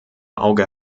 auge